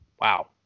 Wow